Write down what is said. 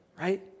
right